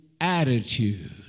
attitude